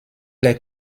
les